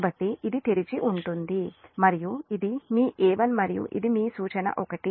కాబట్టి ఇది తెరిచి ఉంటుంది మరియు ఇది మీ a1 మరియు ఇది మీ సూచన ఒకటి